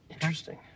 Interesting